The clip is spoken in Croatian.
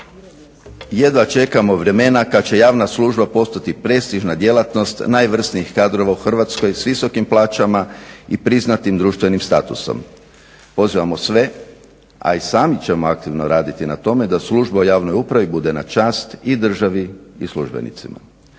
jedva čekamo vremena kad će javna služba postati prestižna djelatnost najvrsnijih kadrova u Hrvatskoj s visokim plaćama i priznatim društvenim statusom. Pozivamo sve, a i sami ćemo aktivno raditi na tome da služba u javnoj upravi bude na čast i državi i službenicima.